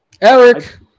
Eric